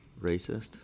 Racist